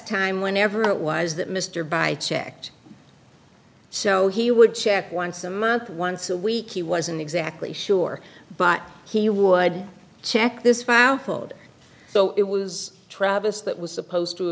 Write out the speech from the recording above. time whenever it was that mr by checked so he would check once a month once a week he wasn't exactly sure but he would check this file folder so it was travis that was supposed to